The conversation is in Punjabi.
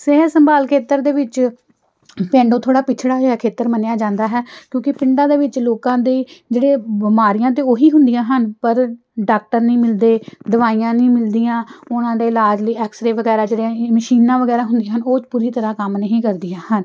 ਸਿਹਤ ਸੰਭਾਲ ਖੇਤਰ ਦੇ ਵਿੱਚ ਪਿੰਡ ਉਹ ਥੋੜ੍ਹਾ ਪਿਛੜਾ ਹੋਇਆ ਖੇਤਰ ਮੰਨਿਆ ਜਾਂਦਾ ਹੈ ਕਿਉਂਕਿ ਪਿੰਡਾਂ ਦੇ ਵਿੱਚ ਲੋਕਾਂ ਦੇ ਜਿਹੜੇ ਬਿਮਾਰੀਆਂ ਤਾਂ ਉਹੀ ਹੁੰਦੀਆਂ ਹਨ ਪਰ ਡਾਕਟਰ ਨਹੀਂ ਮਿਲਦੇ ਦਵਾਈਆਂ ਨਹੀਂ ਮਿਲਦੀਆਂ ਉਹਨਾਂ ਦੇ ਇਲਾਜ ਲਈ ਐਕਸਰੇ ਵਗੈਰਾ ਜਿਹੜੇ ਆ ਮਸ਼ੀਨਾਂ ਵਗੈਰਾ ਹੁੰਦੀਆਂ ਹਨ ਉਹ ਪੂਰੀ ਤਰ੍ਹਾਂ ਕੰਮ ਨਹੀਂ ਕਰਦੀਆਂ ਹਨ